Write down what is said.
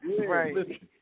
Right